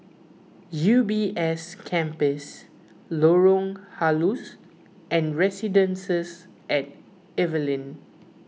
U B S Campus Lorong Halus and Residences at Evelyn